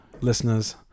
listeners